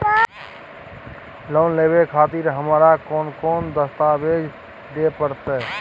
Loan लेवे खातिर हमरा कोन कौन दस्तावेज दिय परतै?